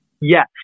Yes